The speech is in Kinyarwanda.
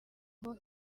ngo